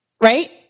right